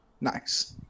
Nice